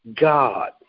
God